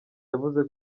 yavuze